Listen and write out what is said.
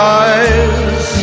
eyes